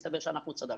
מסתבר שאנחנו צדקנו.